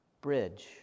bridge